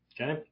Okay